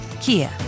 Kia